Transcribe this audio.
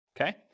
okay